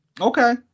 Okay